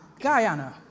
Guyana